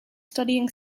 studying